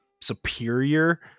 superior